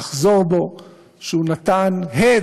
לחזור בו על שהוא נתן הד